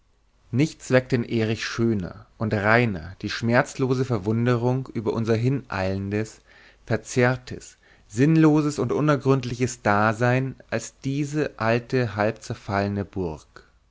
nichts weckte in erich schöner und reiner die schmerzlose verwunderung über unser hineilendes verzerrtes sinnloses und unergründliches dasein als diese alte halb zerfallene burg